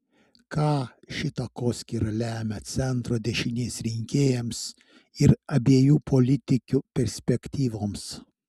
ką ši takoskyra lemia centro dešinės rinkėjams ir abiejų politikių perspektyvoms